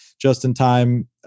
just-in-time